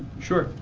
sure.